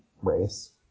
race